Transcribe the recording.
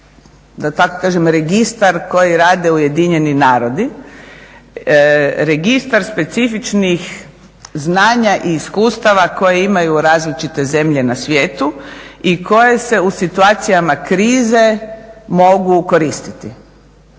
da tako kažem registar koji rade Ujedinjeni narodi, registar specifičnih znanja i iskustava koje imaju različite zemlje na svijetu i koje se u situacijama krize mogu koristiti.